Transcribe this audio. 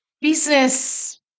business